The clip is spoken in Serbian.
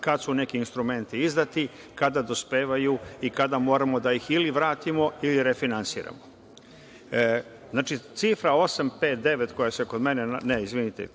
kad su neki instrumenti izdati kada dospevaju i kada moramo ili da ih vratimo ili refinansiramo. Znači, cifra 859 koja se kod mene, izvinite